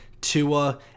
Tua